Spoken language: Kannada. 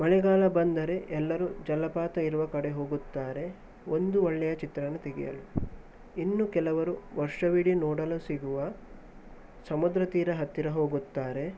ಮಳೆಗಾಲ ಬಂದರೆ ಎಲ್ಲರೂ ಜಲಪಾತ ಇರುವ ಕಡೆ ಹೋಗುತ್ತಾರೆ ಒಂದು ಒಳ್ಳೆಯ ಚಿತ್ರನ ತೆಗೆಯಲು ಇನ್ನು ಕೆಲವರು ವರ್ಷವಿಡೀ ನೋಡಲು ಸಿಗುವ ಸಮುದ್ರ ತೀರ ಹತ್ತಿರ ಹೋಗುತ್ತಾರೆ